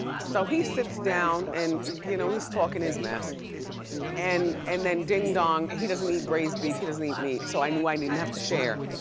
so he sits down and you know he's talking his mess and and then ding dong. he doesn't eat braised beef, he doesn't eat meat. so i knew i didn't have to share.